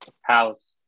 house